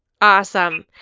Awesome